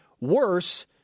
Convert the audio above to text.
Worse